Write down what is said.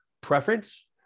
preference